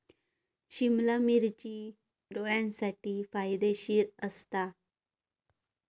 सिमला मिर्ची डोळ्यांसाठी फायदेशीर असता